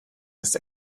ist